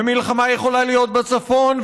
ומלחמה יכולה להיות בצפון,